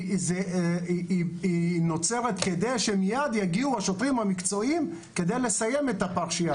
היא נוצרת כדי שמיד יגיעו השוטרים המקצועיים כדי לסיים את הפרשייה.